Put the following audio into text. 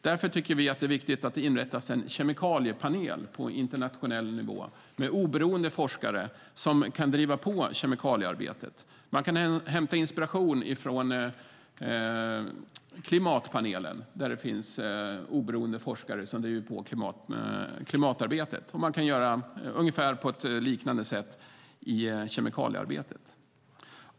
Därför är det viktigt att det inrättas en kemikaliepanel på internationell nivå med oberoende forskare som kan driva på kemikaliearbetet. Man kan hämta inspiration från klimatpanelen, där det finns oberoende forskare som driver på klimatarbetet, och man kan göra på ungefär liknande sätt i kemikaliearbetet.